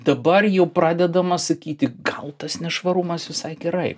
dabar jau pradedama sakyti gal tas nešvarumas visai gerai